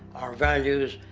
our values,